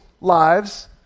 lives